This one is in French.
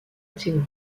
théorie